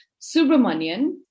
Subramanian